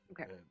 okay